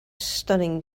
stunning